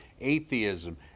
atheism